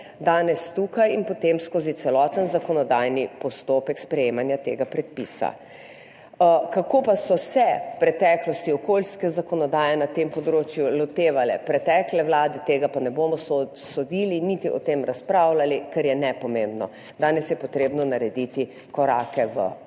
danes tukaj in potem skozi celoten zakonodajni postopek sprejemanja tega predpisa. Kako so se v preteklosti okoljske zakonodaje na tem področju lotevale pretekle vlade, tega pa ne bomo sodili niti o tem razpravljali, ker je nepomembno. Danes je potrebno narediti korake v novo,